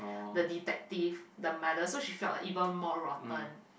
the detective the mother so she feel like even more rotten